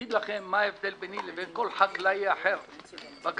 אגיד לכם מה ההבדל ביני לבין כל חקלאי אחר בגליל.